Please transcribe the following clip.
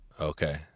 Okay